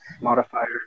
modifier